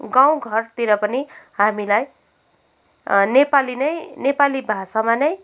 गाउँ घरतिर पनि हामीलाई नेपाली नै नेपाली भाषामा नै